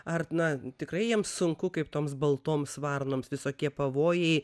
ar na tikrai jiems sunku kaip toms baltoms varnoms visokie pavojai